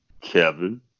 Kevin